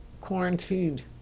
Quarantined